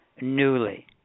newly